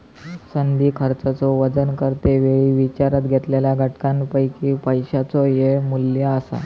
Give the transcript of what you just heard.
संधी खर्चाचो वजन करते वेळी विचारात घेतलेल्या घटकांपैकी पैशाचो येळ मू्ल्य असा